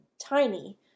tiny